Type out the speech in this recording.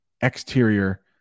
exterior